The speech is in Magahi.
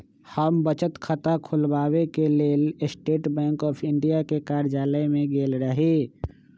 हम बचत खता ख़ोलबाबेके लेल स्टेट बैंक ऑफ इंडिया के कर्जालय में गेल रही